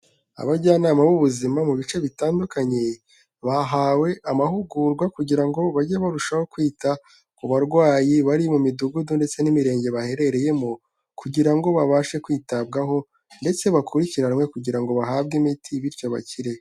Abajyanama b'Ubuzima mu bice bitandukanye, bahawe amahugurwa kugira ngo bajye barushaho kwita ku barwayi bari mu Midugudu ndetse n'Imirenge baherereyemo, kugira ngo babashe kwitabwaho ndetse bakurikiranwe kugira ngo bahabwe imiti, bityo bakire.